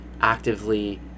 actively